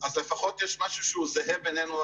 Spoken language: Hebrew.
אז לפחות יש משהו שהוא זהה בינינו,